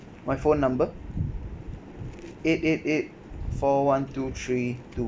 my phone number eight eight eight four one two three two